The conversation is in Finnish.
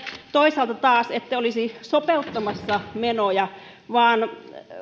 toisaalta taas ette olisi sopeuttamassa menoja vaan